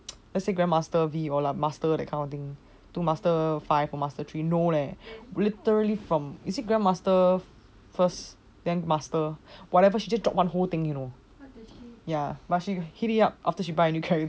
let's say grandmaster V master that kind of thing to master five to master three no leh we literally from you see grandmaster first then master whatever she just drop one whole thing you know ya but she hit it up after she buy a new character